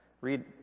read